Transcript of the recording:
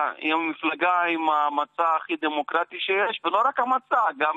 אך הבטחת שלומן של הקהילות היא האחריות הישירה של המדינות שבהן הן חיות.